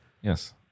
Yes